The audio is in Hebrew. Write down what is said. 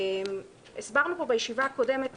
הסברנו פה בישיבה הקודמת